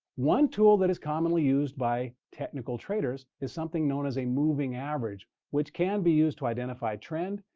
one tool that is commonly used by technical traders is something known as a moving average, which can be used to identify trend.